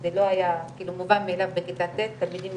שזה לא היה מובן מאליו בכיתה ט' תלמידים